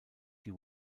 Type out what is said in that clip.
die